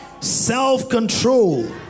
self-control